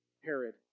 Herod